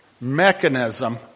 mechanism